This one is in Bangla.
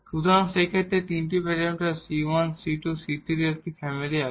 সুতরাং সেই ক্ষেত্রে এটি এই তিনটি প্যারামিটার c1 c2 c3 এর একটি ফ্যামিলি আছে